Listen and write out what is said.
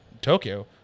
Tokyo